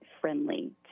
friendly